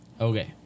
Okay